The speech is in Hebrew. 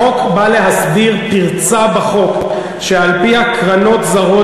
החוק בא להסדיר פרצה בחוק שעל-פיה קרנות זרות